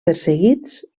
perseguits